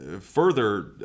further